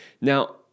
Now